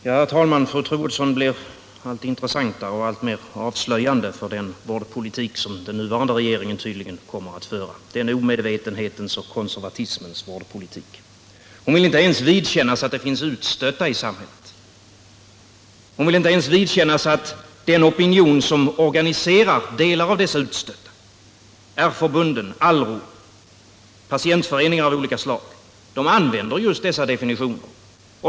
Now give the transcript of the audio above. Herr talman! Fru Troedsson blir allt intressantare och alltmer avslöjande för den omedvetenhetens och konservatismens vårdpolitik som den nuvarande regeringen tydligen kommer att föra. Hon vill inte ens vidkännas att det finns utstötta i samhället. Hon vill inte ens vidkännas att den opinion som organiserar en del av dessa utstötta — R-förbunden, Alro, patientföreningar av olika slag — använder just dessa definitioner.